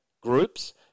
groups